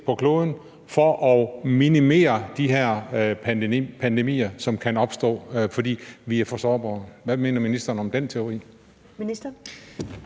på kloden for at minimere de her pandemier, som kan opstå, fordi vi er for sårbare. Hvad mener ministeren om den teori?